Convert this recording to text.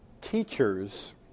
teachers